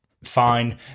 fine